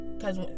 cause